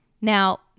Now